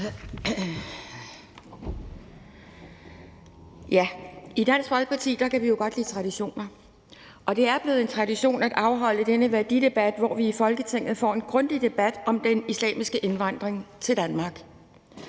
I Dansk Folkeparti kan vi jo godt lide traditioner, og det er blevet en tradition at afholde denne værdidebat, hvor vi i Folketinget får en grundig debat om den islamiske indvandring til Danmark.